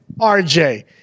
RJ